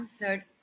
answered